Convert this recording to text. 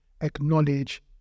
acknowledge